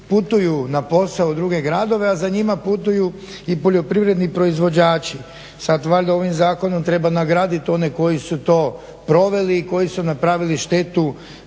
putuju na posao u druge gradove a za njima putuju i poljoprivredni proizvođači. Sad valjda ovim zakonom treba nagraditi one koji su to proveli i koji su napravili štetu